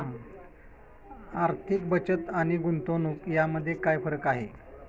आर्थिक बचत आणि गुंतवणूक यामध्ये काय फरक आहे?